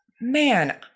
man